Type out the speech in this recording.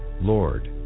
Lord